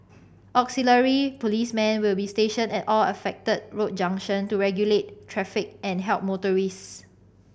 auxiliary policemen will be stationed at all affected road junction to regulate traffic and help motorists